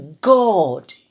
God